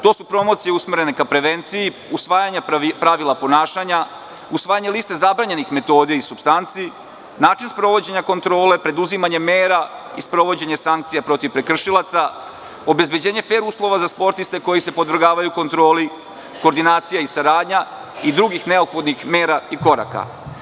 To su promocije usmerene ka prevenciji, usvajanje pravila ponašanja, usvajanje liste zabranjenih metoda i supstanci, način sprovođenja kontrole, preduzimanje mera i sprovođenje sankcija protiv prekršilaca, obezbeđenje fer uslova za sportiste koji se podvrgavaju kontroli, koordinacija i saradnja i drugih neophodnih mera i koraka.